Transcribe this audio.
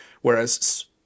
Whereas